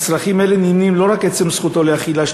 על צרכים אלה נמנים לא רק עצם זכותו לאכילה,